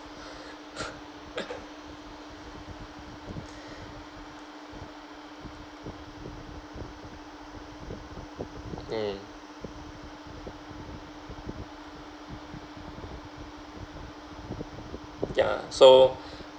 mm ya so